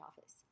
office